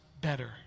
better